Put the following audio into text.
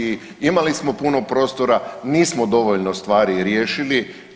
Imali smo puno prostora, nismo dovoljno stvari riješili.